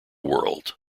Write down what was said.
world